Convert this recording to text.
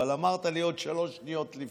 אבל אמרת לי עוד שלוש שניות לפני.